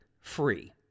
free